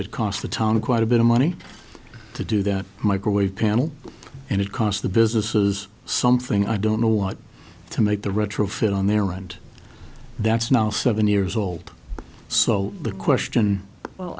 it cost a ton quite a bit of money to do that microwave panel and it cost the businesses something i don't know what to make the retrofit on there and that's now seven years old so the question well